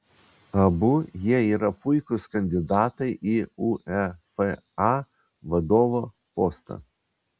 abu jie yra puikūs kandidatai į uefa vadovo postą